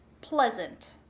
pleasant